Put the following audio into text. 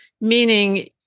meaning